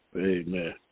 Amen